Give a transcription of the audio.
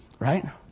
Right